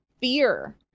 fear